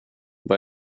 vad